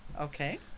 Okay